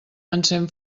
encén